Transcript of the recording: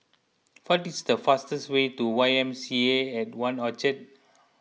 what is the fastest way to Y M C A at one Orchard